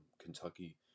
Kentucky